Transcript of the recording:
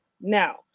Now